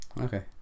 Okay